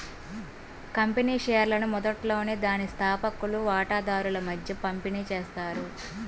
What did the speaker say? company షేర్లను మొదట్లోనే దాని స్థాపకులు వాటాదారుల మధ్య పంపిణీ చేస్తారు